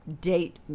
date